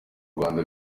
rwanda